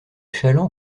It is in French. chalands